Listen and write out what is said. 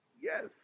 Yes